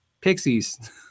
pixies